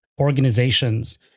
organizations